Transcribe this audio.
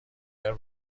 اگه